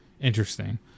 interesting